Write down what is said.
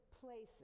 places